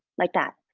like that.